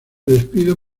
despido